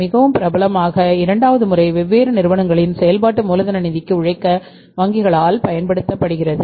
மிகவும் பிரபலமாக இரண்டாவது முறை வெவ்வேறு நிறுவனங்களின் செயல்பாட்டு மூலதன நிதிக்கு உழைக்க வங்கிகளால் பயன்படுத்தப்படுகிறது